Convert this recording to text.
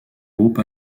groupe